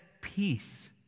peace